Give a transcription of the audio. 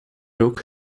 rook